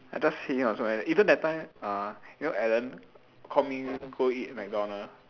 I just hate him got so many even that time uh you know Alan call me go eat mcdonald